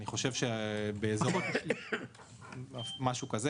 אני חושב שבאזור הצפון משהו כזה.